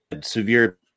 severe